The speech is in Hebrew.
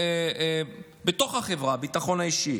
הביטחון האישי.